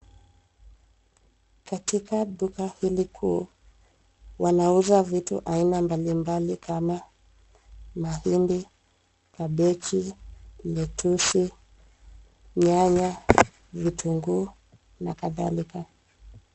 Katika duka hili kuu, wanauza vitu aina mbali mbali kama: mahindi, kabichi, mitusi , nyanya, vitunguu na kadhalika.